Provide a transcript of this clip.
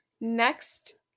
next